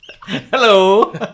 hello